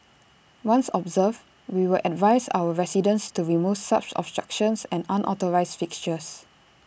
once observed we will advise our residents to remove such obstructions and unauthorised fixtures